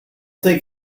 think